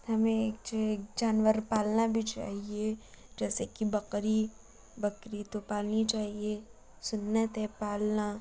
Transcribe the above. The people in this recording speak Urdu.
ہمیں ایک جو ہے ایک جانور پالنا بھی چاہیے جیسے کہ بکری بکری تو پالنی چاہیے سنت ہے پالنا